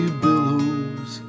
billows